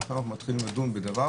והולכים לדון בדבר,